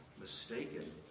mistaken